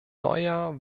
neuer